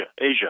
Asia